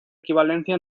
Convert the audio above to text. equivalencia